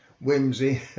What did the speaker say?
whimsy